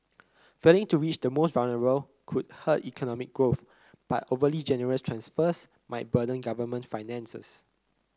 failing to reach the most vulnerable could hurt economic growth but overly generous transfers might burden government finances